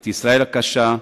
את ישראל הקשה,